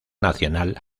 nacional